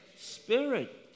Spirit